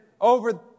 over